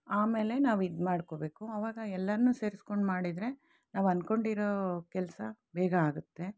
ಆಮೇಲೆ ನಾವು ಇದು ಮಾಡ್ಕೊಬೇಕು ಆವಾಗ ಎಲ್ಲರನ್ನೂ ಸೇರ್ಸ್ಕೊಂಡು ಮಾಡಿದರೆ ನಾವು ಅಂದ್ಕೊಂಡಿರೋ ಕೆಲಸ ಬೇಗ ಆಗುತ್ತೆ